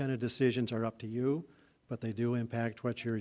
kind of decisions are up to you but they do impact what your